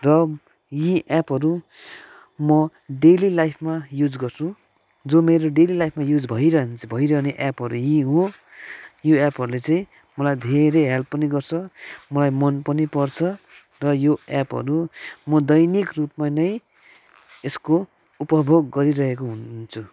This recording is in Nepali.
र यी एपहरू म डेली लाइफमा युज गर्छु जो मेरो डेली लाइफमा युज भइरहन् भइरहने एपहरू यी हो यो एपहरूले चै मलाई धेरै हेल्प पनि गर्छ मलाई मन पनि पर्छ र यो एपहरू म दैनिक रूपमा नै यस्को उपभोग गरिरहेको हुन्छु